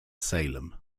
salem